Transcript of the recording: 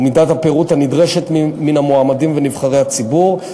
ומידת הפירוט הנדרשת מן המועמדים ונבחרי הציבור,